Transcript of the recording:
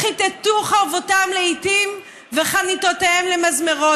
"וכתתו חרבותם לאתים וחניתותיהם למזמרות",